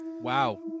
Wow